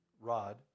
Rod